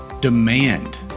Demand